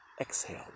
Exhale